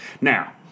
Now